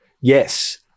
yes